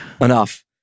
Enough